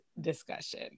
discussion